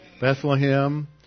Bethlehem